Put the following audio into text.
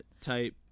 type